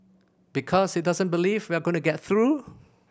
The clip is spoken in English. because he doesn't believe we are going to get through